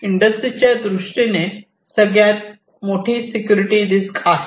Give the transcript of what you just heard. इंडस्ट्रीच्या दृष्टीने end user हे सगळ्यात मोठी सेक्युरिटी रिस्क आहे